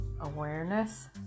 awareness